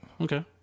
Okay